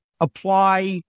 apply